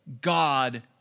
God